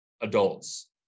adults